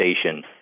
station